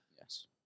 Yes